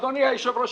אדוני היושב-ראש,